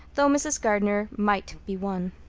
though mrs. gardner might be won.